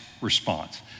response